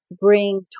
bring